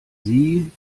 sie